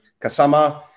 Kasama